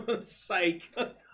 psych